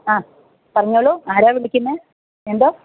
ആ പറഞ്ഞോളൂ ആരാ വിളിക്കുന്നത് എന്തോ